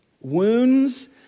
Wounds